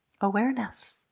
Awareness